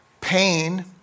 Pain